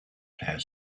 player